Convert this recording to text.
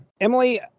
Emily